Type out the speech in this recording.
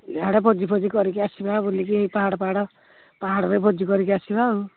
ଇଆଡ଼େ ଭୋଜି ଭୋଜି କରିକି ଆସିବା ବୁଲିକି ଏଇ ପାହାଡ଼ ପାହାଡ଼ ପାହାଡ଼ରେ ଭୋଜି କରିକି ଆସିବା ଆଉ